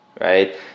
right